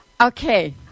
Okay